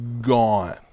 gone